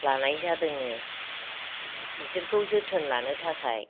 लानाय जादोङो बिसोरखौ जोथोन लानो थाखाय